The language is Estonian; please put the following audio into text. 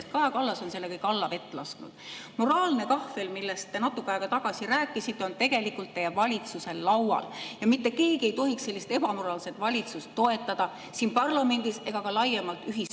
sest Kaja Kallas on selle kõik allavett lasknud? Moraalne kahvel, millest te natuke aega tagasi rääkisite, on tegelikult teil valitsuses laual. Ja mitte keegi ei tohiks sellist ebamoraalset valitsust toetada siin parlamendis ega ka laiemalt ühiskonnas.